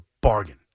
bargain